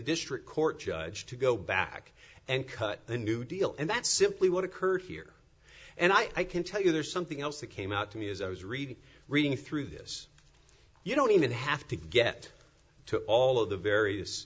district court judge to go back and cut a new deal and that's simply what occurred here and i can tell you there's something else that came out to me as i was read reading through this you don't even have to get to all of the various